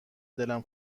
دلم